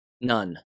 None